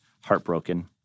heartbroken